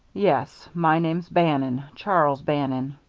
yes. my name's bannon charles bannon.